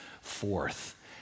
forth